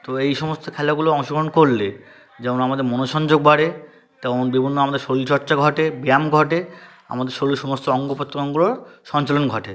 তো এই সমস্ত খেলাগুলোয় অংশগোহণ করলে যেমন আমাদের মনসংযোগ বাড়ে তেমন বিভিন্ন আমাদের শরীরচর্চা ঘটে ব্যায়াম ঘটে আমাদের শরীরের সমস্ত অঙ্গ প্রত্যঙ্গর সঞ্চালন ঘটে